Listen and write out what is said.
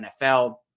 NFL